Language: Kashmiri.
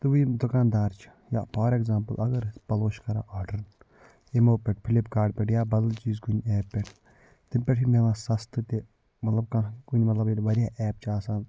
تہٕ بیٚیہِ یِم دُکان دار چھِ یا فار ایٚگزامپٕل اَگر أسۍ پَلوٚو چھِ کران آرڈر یِمو پٮ۪ٹھ فِلِپکارٹ پٮ۪ٹھ یا بدل چیٖز کُنہِ ایپ پٮ۪ٹھ تَمہِ پٮ۪ٹھ چھِ میلان سَستہٕ تہِ مطلب کانٛہہ کُنہِ مطلب ییٚلہِ واریاہ ایپ چھِ آسان